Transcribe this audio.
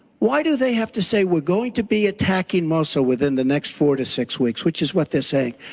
why do they have to say we are going to be attacking mosul within the next four to six weeks, which is what they're saying.